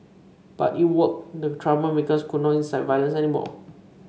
but it worked the troublemakers could not incite violence anymore